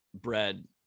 bread